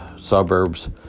Suburbs